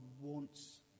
wants